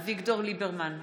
אביגדור ליברמן,